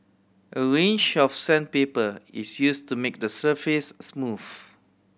a range of sandpaper is use to make the surface smooth